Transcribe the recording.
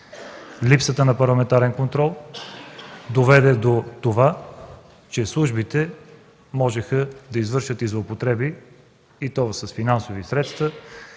Липсата на парламентарен контрол доведе до това, че службите можеха да извършват злоупотреби с финансови средства